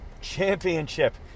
championship